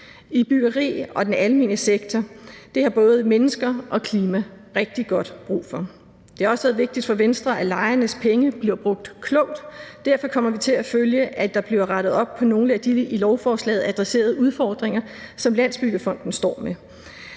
i byggeriet og den almene sektor. Det har både mennesker og klima rigtig godt af. Det har også været vigtigt for Venstre, at lejernes penge bliver brugt klogt. Derfor kommer vi til at følge, at der bliver rettet op på nogle af de i lovforslaget adresserede udfordringer, som Landsbyggefonden står med.